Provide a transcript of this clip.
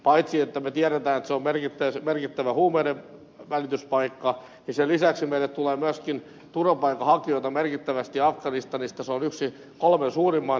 paitsi että me tiedämme että se on merkittävä huumeiden välityspaikka niin sen lisäksi meille tulee myöskin turvapaikanhakijoita merkittävästi afganistanista se on yksi kolmen suurimman joukossa